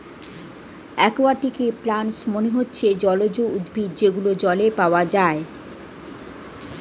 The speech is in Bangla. একুয়াটিকে প্লান্টস মানে হচ্ছে জলজ উদ্ভিদ যেগুলো জলে পাওয়া যায়